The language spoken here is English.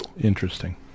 Interesting